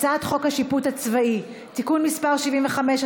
הצעת חוק השיפוט הצבאי (תיקון מס' 75),